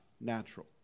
natural